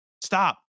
stop